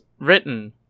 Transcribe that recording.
written